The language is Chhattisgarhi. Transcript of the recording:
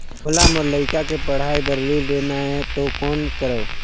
मोला मोर लइका के पढ़ाई बर ऋण लेना है तो कौन करव?